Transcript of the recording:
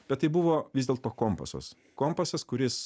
bet tai buvo vis dėlto kompasas kompasas kuris